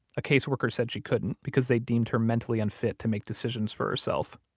a case worker said she couldn't, because they deemed her mentally unfit to make decisions for herself.